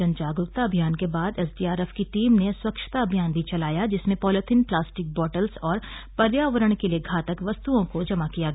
जन जागरूकता अभियान के बाद एसडीआरएफ की टीम ने स्वच्छता अभियान भी चलाया जिसमें पॉलीथिन प्लास्टिक बॉटल्स और पर्यावरण के लिए घातक वस्तुओं को जमा किया गया